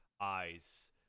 eyes